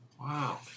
Wow